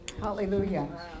Hallelujah